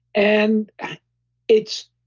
and it's